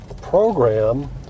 program